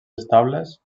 estables